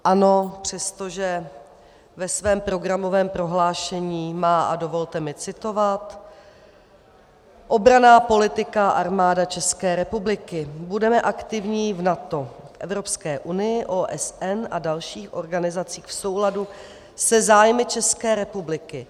ANO, přestože ve svém programovém prohlášení má, a dovolte mi citovat: Obranná politika Armáda České republiky budeme aktivní v NATO, Evropské unii, OSN a dalších organizacích v souladu se zájmy České republiky.